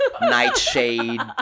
nightshade